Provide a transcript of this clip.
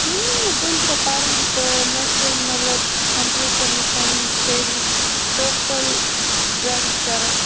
ووٚنمے نہ حظ تمۍ تروٚو پرُن تہ نہ چھِ سۄ مطلب کمپلیٖٹ کٔرمژ پنن سٹیٚڈی ٹوٹل ڈرگس کران